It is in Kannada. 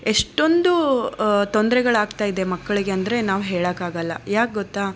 ಎಷ್ಟೊಂದು ತೊಂದ್ರೆಗಳು ಆಗ್ತಾ ಇದೆ ಮಕ್ಕಳಿಗೆ ಅಂದರೆ ನಾವು ಹೇಳೋಕ್ಕಾಗಲ್ಲ ಯಾಕೆ ಗೊತ್ತಾ